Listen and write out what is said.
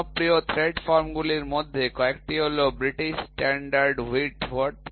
জনপ্রিয় থ্রেড ফর্মগুলির মধ্যে কয়েকটি হল ব্রিটিশ স্ট্যান্ডার্ড হুইটওয়ার্থ